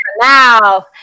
now